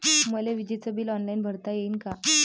मले विजेच bill online भरता येईन का?